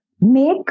make